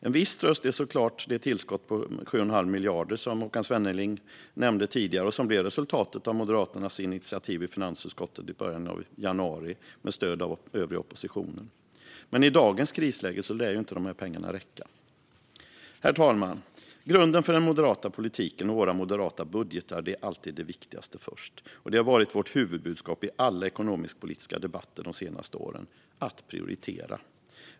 En viss tröst är såklart det tillskott om totalt 7,5 miljarder som Håkan Svenneling nämnde tidigare och som blev resultatet av Moderaternas initiativ i finansutskottet i början av januari med stöd av övriga oppositionen. Men i dagens krisläge lär dessa pengar inte räcka. Herr talman! Grunden för den moderata politiken och våra moderata budgetar är alltid: Det viktigaste först. Det har varit vårt huvudbudskap i alla ekonomisk-politiska debatter de senaste åren - att man måste prioritera.